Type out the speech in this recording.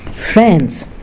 friends